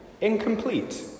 incomplete